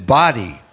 body